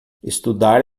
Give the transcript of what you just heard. estudar